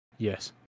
yes